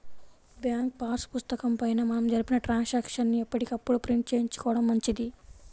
bank pass పుస్తకం పైన మనం జరిపిన ట్రాన్సాక్షన్స్ ని ఎప్పటికప్పుడు ప్రింట్ చేయించుకోడం మంచిది